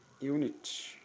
unit